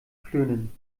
klönen